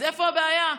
אז איפה הבעיה?